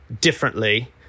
differently